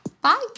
Bye